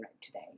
today